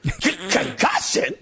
Concussion